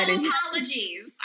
apologies